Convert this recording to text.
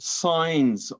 signs